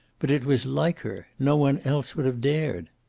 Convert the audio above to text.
but it was like her no one else would have dared.